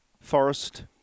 forest